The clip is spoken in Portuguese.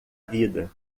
vida